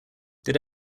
did